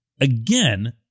again